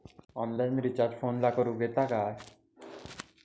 Online recharge फोनला करूक येता काय?